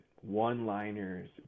one-liners